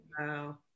Wow